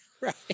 Right